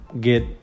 get